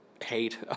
hate